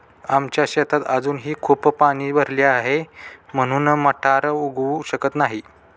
आमच्या शेतात अजूनही खूप पाणी भरले आहे, म्हणून मटार उगवू शकत नाही